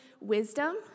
wisdom